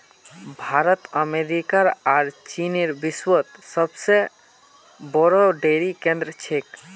भारत अमेरिकार आर चीनेर विश्वत सबसे बोरो डेरी केंद्र छेक